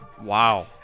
Wow